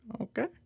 Okay